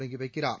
தொடங்கி வைக்கிறார்